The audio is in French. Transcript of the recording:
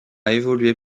évolué